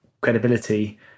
credibility